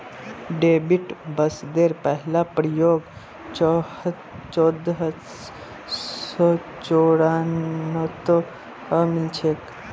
debit शब्देर पहला प्रयोग चोदह सौ चौरानवेत मिलछेक